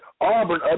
Auburn